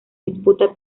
disputa